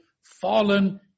fallen